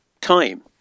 time